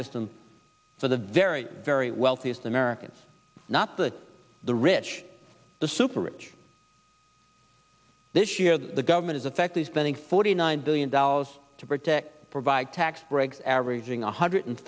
system for the very very wealthiest americans not to the rich the super rich this year the government is affected spending forty nine billion dollars to protect provide tax breaks averaging one hundred